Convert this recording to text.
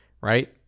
right